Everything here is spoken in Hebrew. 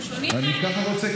אני ככה רוצה,